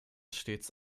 stets